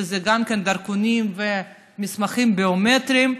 וגם דרכונים ומסמכים ביומטריים,